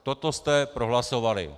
Toto jste prohlasovali.